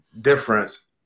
difference